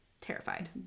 terrified